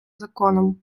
законом